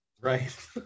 right